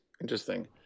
Interesting